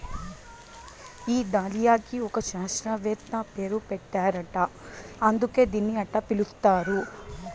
ఈ దాలియాకి ఒక శాస్త్రవేత్త పేరు పెట్టారట అందుకే దీన్ని అట్టా పిలుస్తారు